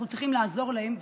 אנחנו צריכים לעזור להם,